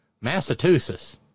Massachusetts